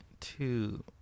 two